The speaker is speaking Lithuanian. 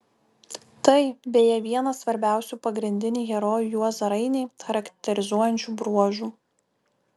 tai beje vienas svarbiausių pagrindinį herojų juozą rainį charakterizuojančių bruožų